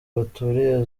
baturiye